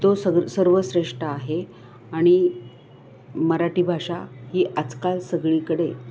तो सग सर्वश्रेष्ठ आहे आणि मराठी भाषा ही आजकाल सगळीकडे